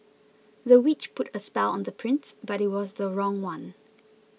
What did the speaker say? the witch put a spell on the prince but it was the wrong one